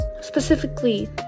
specifically